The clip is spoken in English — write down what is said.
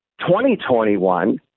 2021